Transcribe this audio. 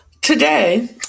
today